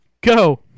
go